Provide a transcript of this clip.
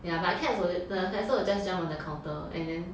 ya but cats will the fatso will just jump on the counter and then